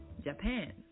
Japan